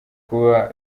kuba